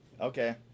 okay